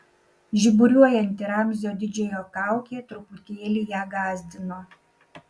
žiburiuojanti ramzio didžiojo kaukė truputėlį ją gąsdino